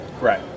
Right